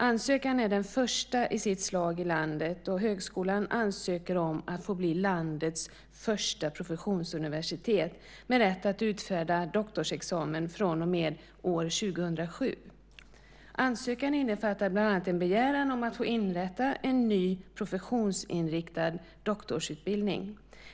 Ansökan är den första i sitt slag i landet, och högskolan ansöker om att få bli landets första professionsuniversitet med rätt att utfärda doktorsexamen från och med år 2007. Ansökan innefattar bland annat en begäran om att få inrätta en ny professionsinriktad doktorsutbildning.